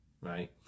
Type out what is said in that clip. right